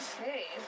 Okay